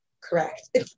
correct